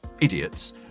Idiots